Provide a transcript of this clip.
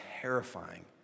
terrifying